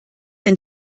denn